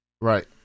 Right